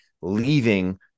leaving